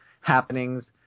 happenings